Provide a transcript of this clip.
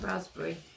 Raspberry